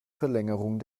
verlängerung